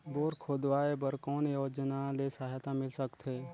Bore खोदवाय बर कौन योजना ले सहायता मिल सकथे?